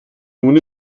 nun